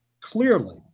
clearly